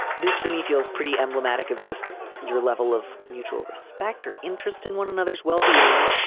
this to me feels pretty emblematic of just your level of mutual respect or interest in one another's well-being.